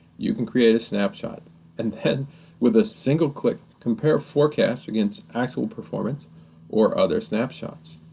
you can create a snapshot and then with a single click compare forecasts against actual performance or other snapshots.